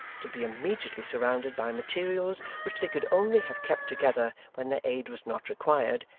to be immediately surrounded by materials which they could only have kept together when their aid was not required,